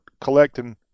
collecting